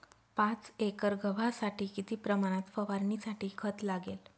पाच एकर गव्हासाठी किती प्रमाणात फवारणीसाठी खत लागेल?